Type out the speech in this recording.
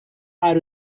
are